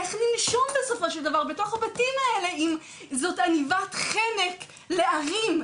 איך ננשום בסופו של דבר בתוך הבתים האלה אם זאת עניבת חנק לערים.